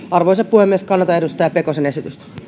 arvoisa puhemies kannatan edustaja pekosen esitystä